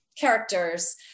characters